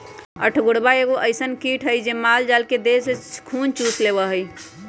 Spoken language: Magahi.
अठगोरबा एगो अइसन किट हइ जे माल जाल के देह से खुन चुस लेइ छइ